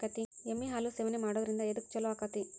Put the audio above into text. ಎಮ್ಮಿ ಹಾಲು ಸೇವನೆ ಮಾಡೋದ್ರಿಂದ ಎದ್ಕ ಛಲೋ ಆಕ್ಕೆತಿ?